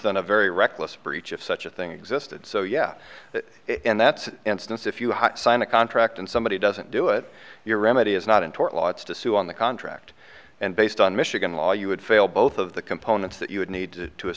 than a very reckless breach if such a thing existed so yeah and that's instance if you sign a contract and somebody doesn't do it your remedy is not in tort law it's to sue on the contract and based on michigan law you would fail both of the components that you would need to